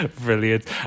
Brilliant